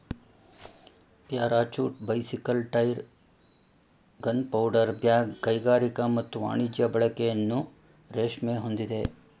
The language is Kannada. parachute bicycle tyre gunpowder bag ಕೈಗಾರಿಕಾ ಮತ್ತು ವಾಣಿಜ್ಯ ಬಳಕೆಯನ್ನು ರೇಷ್ಮೆ ಹೊಂದಿದೆ